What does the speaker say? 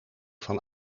van